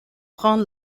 prend